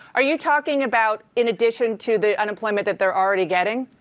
are you talking about in addition to the unemployment that they're already getting?